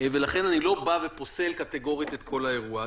ולכן אני לא פוסל קטגורית את כל האירוע.